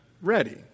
ready